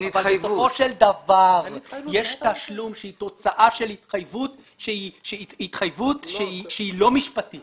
בסופו של דבר יש תשלום שהוא תוצאה של התחייבות שהיא לא משפטית